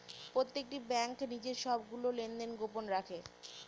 প্রত্যেকটি ব্যাঙ্ক নিজের সবগুলো লেনদেন গোপন রাখে